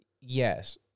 Yes